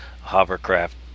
hovercraft